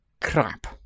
crap